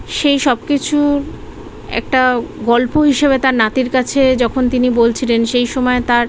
সেই সব কিছু একটা গল্প হিসেবে তার নাতির কাছে যখন তিনি বলছিলেন সেই সময় তার